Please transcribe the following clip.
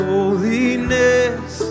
Holiness